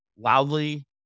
loudly